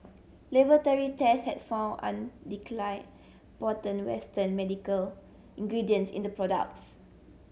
laboratory test had found undeclared potent western medical ingredients in the products